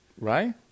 Right